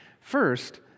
First